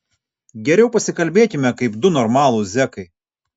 geriau pasikalbėkime kaip du normalūs zekai